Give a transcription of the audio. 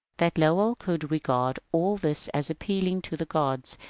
that lowell could re gard all this as appealing to the gods,